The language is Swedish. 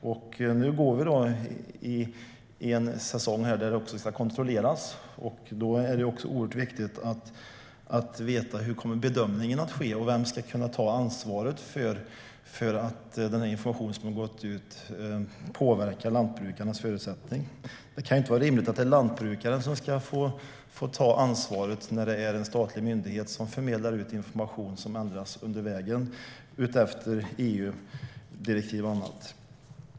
Nu går vi då in i en säsong där det också ska kontrolleras. Då är det oerhört viktigt att veta: Hur kommer bedömningen att ske? Vem ska ta ansvaret för att den information som har gått ut påverkar lantbrukarnas förutsättningar? Det kan inte vara rimligt att det är lantbrukaren som ska ta ansvaret när det är en statlig myndighet som förmedlar information som ändras under vägen, utefter EU-direktiv och annat.